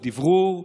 הדברור,